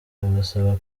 abasaba